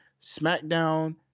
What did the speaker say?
SmackDown